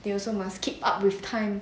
they also must keep up with time